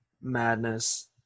madness